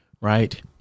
right